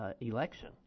election